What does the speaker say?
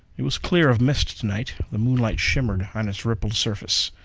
it was clear of mist to-night. the moonlight shimmered on its rippled surface,